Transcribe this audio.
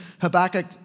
Habakkuk